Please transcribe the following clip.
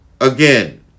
again